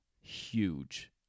huge